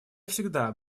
всегда